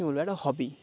কী বলব একটা হবি